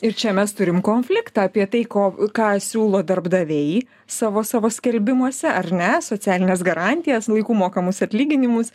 ir čia mes turim konfliktą apie tai ko ką siūlo darbdaviai savo savo skelbimuose ar ne socialines garantijas laiku mokamus atlyginimus